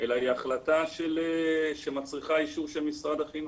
אלא היא החלטה שמצריכה אישור של משרד החינוך.